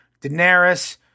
Daenerys